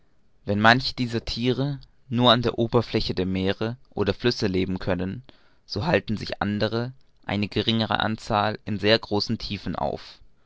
wenn manche dieser thiere nur an der oberfläche der meere oder flüsse leben können so halten sich andere eine geringere anzahl in sehr großen tiefen auf